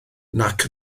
nac